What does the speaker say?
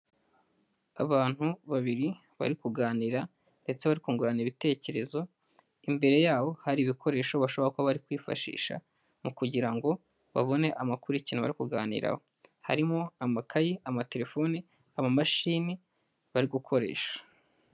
Abantu babiri bari kuganira, ndetse bari kungurana ibitekerezo; imbere yabo hari ibikoresho bashobora kuba bari kwifashisha mu kugira ngo babone amakuru y'ikintu bari kuganiraho, harimo: amakayi, amatelefone, amamashini, bari gukoresha.